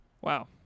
Wow